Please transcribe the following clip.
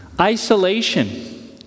isolation